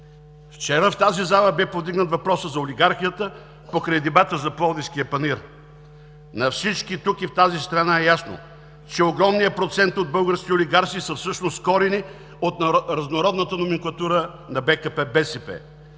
Вчера в тази зала бе повдигнат въпросът за олигархията покрай дебата за Пловдивския панаир. На всички тук и в тази страна е ясно, че огромният процент от българските олигарси са всъщност корени от разнородната номенклатура на БКП – БСП.